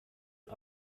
uhr